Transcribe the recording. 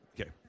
Okay